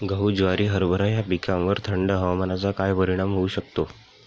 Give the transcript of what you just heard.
गहू, ज्वारी, हरभरा या पिकांवर थंड हवामानाचा काय परिणाम होऊ शकतो?